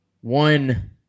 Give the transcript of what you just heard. one